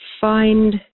find